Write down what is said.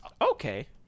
Okay